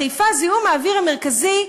בחיפה זיהום האוויר המרכזי,